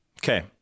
Okay